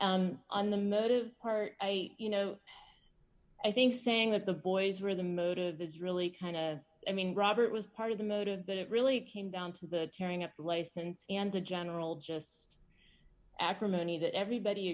n on the motive part i you know i think saying that the boys were the motive is really kind of i mean robert was part of the motive that it really came down to the tearing up the license and the general just acrimony that everybody